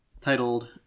titled